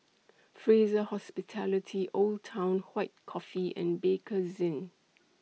Fraser Hospitality Old Town White Coffee and Bakerzin